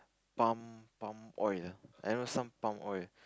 palm palm oil lah I know some palm oil